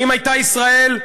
האם הייתה ישראל?